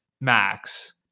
max